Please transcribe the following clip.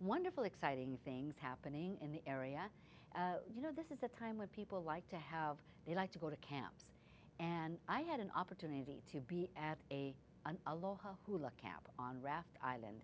wonderful exciting things happening in the area you know this is a time when people like to have they like to go to camps and i had an opportunity to be at a an aloha hula camp on raft island